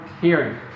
hearing